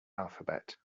alphabet